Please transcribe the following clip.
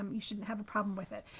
um you shouldn't have a problem with it.